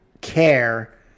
care